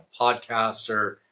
podcaster